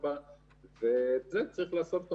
הבנתי; וקשת מדברים איתכם,